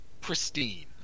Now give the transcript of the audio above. pristine